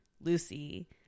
Lucy